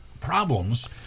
problems